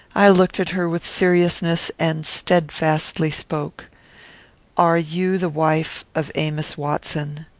i looked at her with seriousness, and steadfastly spoke are you the wife of amos watson?